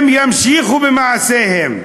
הם ימשיכו במעשיהם,